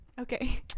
Okay